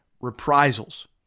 reprisals